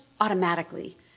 automatically